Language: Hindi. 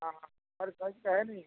हाँ हमारे साइज का है नहीं